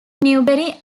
newberry